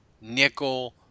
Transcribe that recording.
nickel